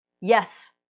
Yes